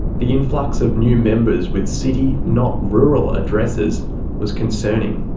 the influx of new members with city not rural addresses was concerning.